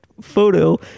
photo